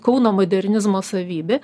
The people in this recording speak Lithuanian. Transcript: kauno modernizmo savybė